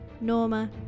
Norma